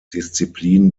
disziplin